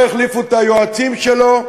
לא החליפו את היועצים שלו,